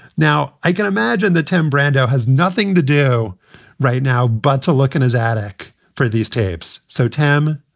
now i can imagine the tim brandao has nothing to do right now but to look in his attic for these tapes. so, tam,